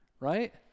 right